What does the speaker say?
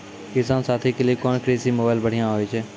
किसान साथी के लिए कोन कृषि मोबाइल बढ़िया होय छै?